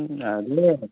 అదే